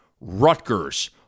Rutgers